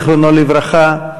זיכרונו לברכה.